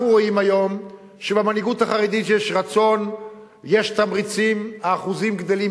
אנחנו רואים היום שבמנהיגות החרדית יש רצון ויש תמריצים והאחוזים גדלים,